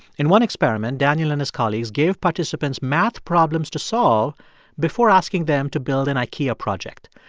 in one experiment, daniel and his colleagues gave participants math problems to solve before asking them to build an ikea project.